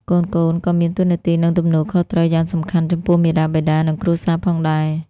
កូនៗក៏មានតួនាទី និងទំនួលខុសត្រូវយ៉ាងសំខាន់ចំពោះមាតាបិតា និងគ្រួសារផងដែរ។